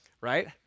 right